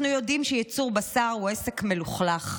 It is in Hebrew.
אנחנו יודעים שייצור בשר הוא עסק מלוכלך,